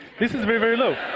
this is very, very low.